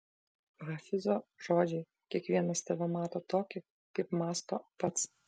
hafizo žodžiais kiekvienas tave mato tokį kaip mąsto pats